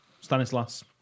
Stanislas